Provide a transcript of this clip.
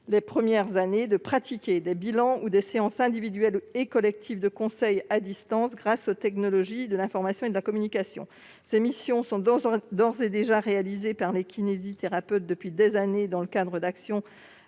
les premières années, de pratiquer des bilans ou des séances individuelles et collectives de conseil à distance grâce aux technologies de l'information et de la communication. Ces missions sont d'ores et déjà réalisées par les kinésithérapeutes depuis des années dans le cadre d'actions